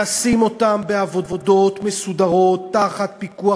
לשים אותם בעבודות מסודרות תחת פיקוח